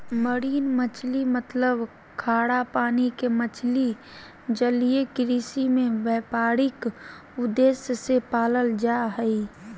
marine मछली मतलब खारा पानी के मछली जलीय कृषि में व्यापारिक उद्देश्य से पालल जा हई